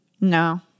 No